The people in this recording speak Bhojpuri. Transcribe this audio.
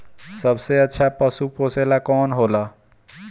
सबसे अच्छा पशु पोसेला कौन होला?